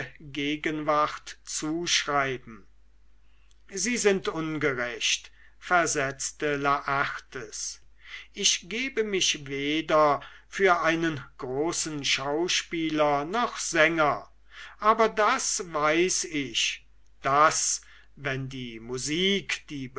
gegenwart zuschreiben sie sind ungerecht versetzte laertes ich gebe mich weder für einen großen schauspieler noch sänger aber das weiß ich daß wenn die musik die